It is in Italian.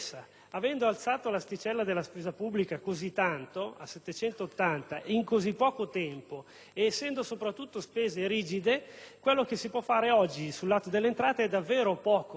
Avendo alzato l'asticella della spesa pubblica così tanto (a 780 miliardi di euro) e in così poco tempo e trattandosi soprattutto di spese rigide, quello che si può fare oggi sul lato delle entrate è davvero poco.